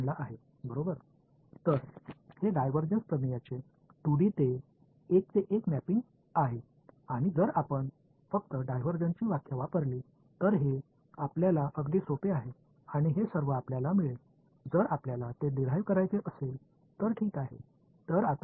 எனவே one to one mapping இந்த divergence தேற்றத்தின் 2D மேலும் இது டைவர்ஜன்ஸ் வரையறையைப் பயன்படுத்தினால் இது மீண்டும் மிகவும் எளிதானது மேலும் நீங்கள் இதைப் பெறுவீர்கள் நீங்கள் விரும்பினால் அதை பெறலாம்